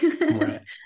Right